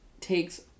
takes